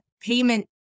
payment